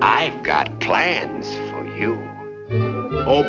e got plans oh